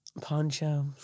Poncho